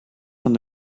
van